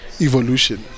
evolution